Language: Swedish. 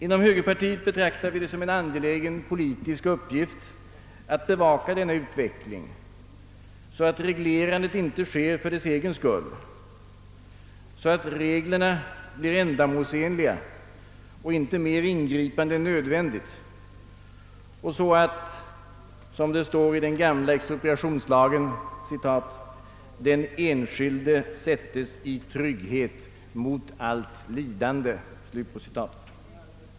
Inom högerpartiet betraktar vi det som en angelägen politisk uppgift att bevaka denna utveckling så att reglerandet inte sker för dess egen skull, så att reglerna blir ändamålsenliga och inte mer ingripande än nödvändigt och så att, som det står i den gamla expropriationslagen, »den enskilde sättes i trygghet mot allt lidande».